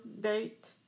date